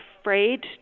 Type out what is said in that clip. afraid